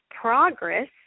progress